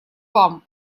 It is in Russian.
вам